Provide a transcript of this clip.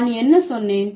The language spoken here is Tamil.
நான் என்ன சொன்னேன்